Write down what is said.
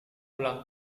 ulang